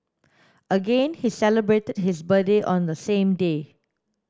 again he celebrated his birthday on the same day